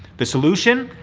the solution?